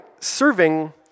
serving